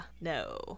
no